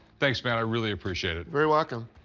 thanks man, i really appreciate it. very welcome.